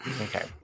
Okay